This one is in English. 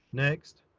next.